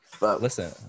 Listen